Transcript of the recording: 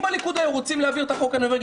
אם בליכוד היו רוצים להעביר את החוק הנורבגי